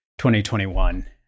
2021